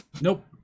Nope